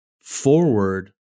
forward